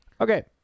Okay